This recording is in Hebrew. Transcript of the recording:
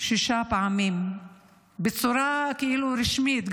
שש פעמים בצורה רשמית,